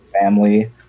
family